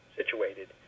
situated